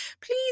please